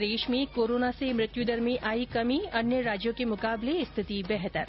प्रदेश में कोरोना से मृत्यु दर में आई कमी अन्य राज्यों के मुकाबले स्थिति बेहतर